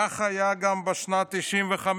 כך היה גם בשנת 1995,